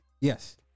Yes